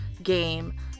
Game